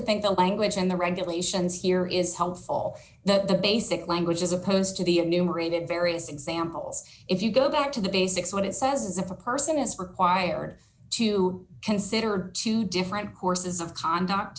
think the language and the regulations here is helpful the basic language as opposed to the numerate in various examples if you go back to the basics what it says is if a person is required to consider two different courses of conduct